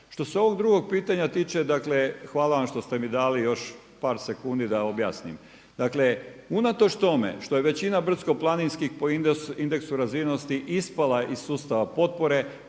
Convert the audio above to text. Što se ovog drugog pitanja tiče, dakle hvala vam što ste mi dali još par sekundi da objasnim. Dakle, unatoč tome što je većina brdsko-planinskih po indeksu razvijenosti ispala iz sustava potpore.